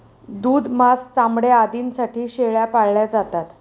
दूध, मांस, चामडे आदींसाठी शेळ्या पाळल्या जातात